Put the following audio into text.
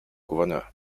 gouverneur